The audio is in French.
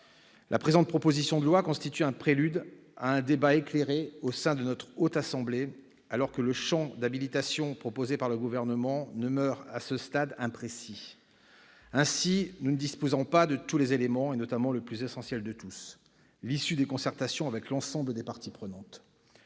La présente proposition de loi constitue un prélude à un débat éclairé au sein de la Haute Assemblée, alors que le champ d'habilitation proposé par le Gouvernement demeure à ce stade imprécis. Ainsi, nous ne disposons pas de tous les éléments, notamment du plus essentiel de tous : l'issue des concertations avec l'ensemble des parties prenantes.